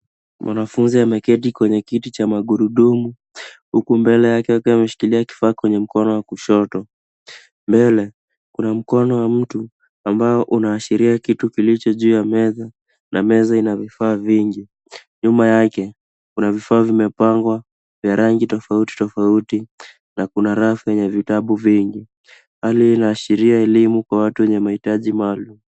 Mwanafunzi ameketi kwenye kiti cha magrudumu huku mbele yake akiwa ameshikilia kifaa kwenye mkono wa kushoto. Mbele, kuna mkono wa mtu ambao unaashiria kitu kilichojuu ya meza na meza ina vifaa vingi. Nyuma yake, kuna vifaa vimepangwa vya rangi tofauti tofauti na kuna rafu yenye vitabu vingi. Hali hii inaashiria elimu kwa watu wenye mahitaji maalum.